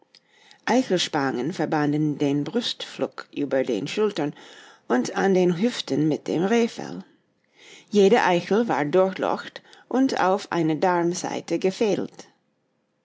eichelspangen verbanden den brustfleck über den schultern und an den hüften mit dem rehfell jede eichel war durchlocht und auf eine darmsaite gefädelt